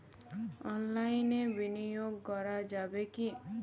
অনলাইনে বিনিয়োগ করা যাবে কি?